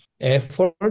effort